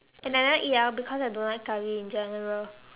and I never eat ah because I don't like Curry in general